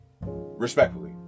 Respectfully